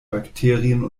bakterien